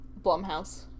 Blumhouse